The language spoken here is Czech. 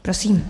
Prosím.